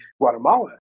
Guatemala